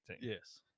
Yes